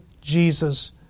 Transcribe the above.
Jesus